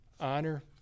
honor